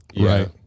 right